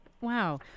Wow